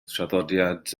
traddodiad